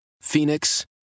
Phoenix